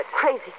crazy